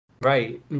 right